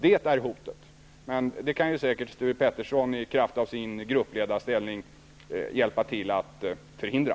Det är hotet, men det kan Sture Ericson säkert i kraft av sin gruppledarställning hjälpa till att förhindra.